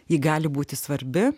ji gali būti svarbi